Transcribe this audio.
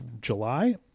July